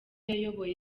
wayoboye